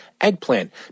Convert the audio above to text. eggplant